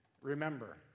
remember